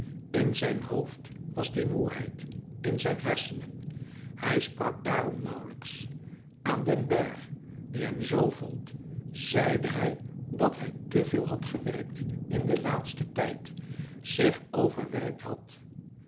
in zijn hoofd was die moêheid in zijn hersenen hij sprak daarom nauwlijks aan den bergh die hem zoo vond zeide hij dat hij te veel had gewerkt in den laatsten tijd zich verwerkt had